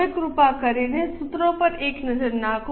હવે કૃપા કરીને સૂત્રો પર એક નજર નાખો